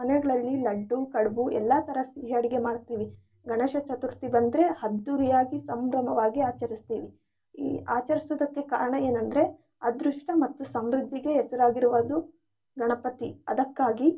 ಮನೆಗಳಲ್ಲಿ ಲಡ್ಡು ಕಡುಬು ಎಲ್ಲ ತರಹ ಸಿಹಿ ಅಡುಗೆ ಮಾಡ್ತೀವಿ ಗಣೇಶ ಚತುರ್ಥಿ ಬಂದರೆ ಅದ್ದೂರಿಯಾಗಿ ಸಂಭ್ರಮವಾಗಿ ಆಚರಿಸ್ತೀವಿ ಈ ಆಚರಿಸೋದಕ್ಕೆ ಕಾರಣ ಏನೆಂದ್ರೆ ಅದೃಷ್ಟ ಮತ್ತು ಸಮೃದ್ಧಿಗೆ ಹೆಸರಾಗಿರುವುದು ಗಣಪತಿ ಅದಕ್ಕಾಗಿ